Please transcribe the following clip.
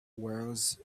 wears